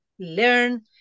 learn